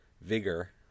vigor